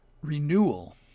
renewal